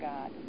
God